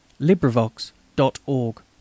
LibriVox.org